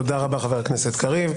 תודה רבה, חבר הכנסת קריב.